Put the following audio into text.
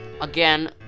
Again